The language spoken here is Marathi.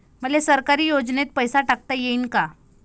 मले सरकारी योजतेन पैसा टाकता येईन काय?